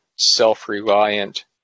self-reliant